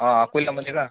हा अकोल्यामध्ये का